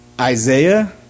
Isaiah